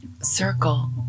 circle